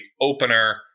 opener